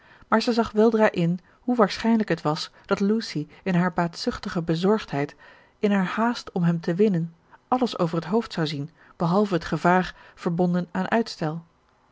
maar zij zag weldra in hoe waarschijnlijk het was dat lucy in haar baatzuchtige bezorgdheid in haar haast om hem te winnen alles over het hoofd zou zien behalve het gevaar verbonden aan uitstel